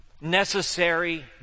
necessary